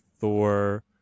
Thor